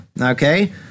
Okay